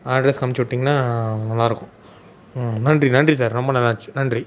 அட்ரஸ்க்கு அம்ச்சு விட்டீங்கன்னா நல்லா இருக்கும் ம் நன்றி நன்றி சார் ரொம்ப நல்லா இருந்துச்சு நன்றி